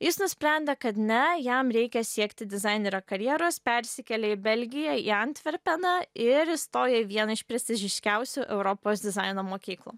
jis nusprendė kad ne jam reikia siekti dizainerio karjeros persikėlė į belgiją į antverpeną ir įstojo į vieną iš prestižiškiausių europos dizaino mokyklų